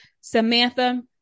Samantha